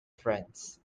friends